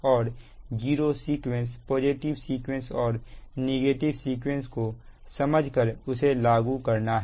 और zero sequence positive sequence और negative sequence को समझ कर उसे लागू करना है